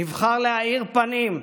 נבחר להאיר פנים,